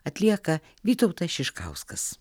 atlieka vytautas šiškauskas